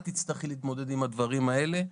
את תצטרכי להתמודד עם הדברים האלה,